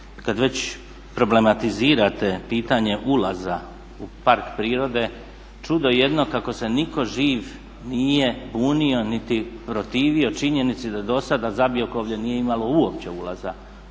kad već problematizirate pitanje ulaza u park prirode čudo jedno kako se nitko živ nije bunio niti protivio činjenici da do sada Zabiokovlje nije imalo uopće ulaza.